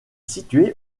située